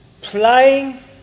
playing